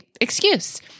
excuse